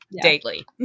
daily